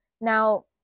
Now